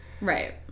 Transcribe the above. Right